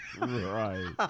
Right